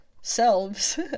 selves